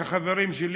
החברים שלי,